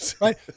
Right